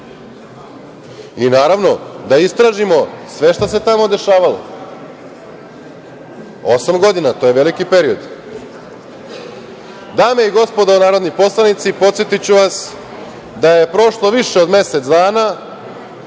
I, naravno, da istražimo sve šta se tamo dešavalo, osam godina, to je veliki period. Dame i gospodo narodni poslanici, podsetiću vas da je prošlo više od mesec dana